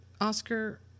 Oscar